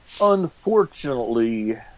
Unfortunately